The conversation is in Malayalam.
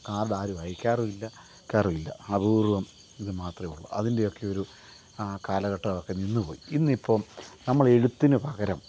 കാർഡാരും വായിക്കാറുവില്ല അയ്ക്കാറുവില്ല അപൂർവ്വം ഇത് മാത്രമേ ഉള്ളു അതിൻ്റെയൊക്കെയൊരു കാലഘട്ടവൊക്കെ നിന്ന്പോയി ഇന്നിപ്പം നമ്മൾ എഴുത്തിന് പകരം